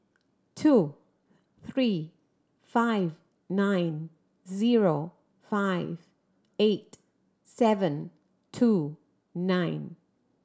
two three five nine zero five eight seven two nine